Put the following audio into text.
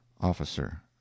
Officer